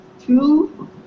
two